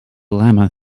llama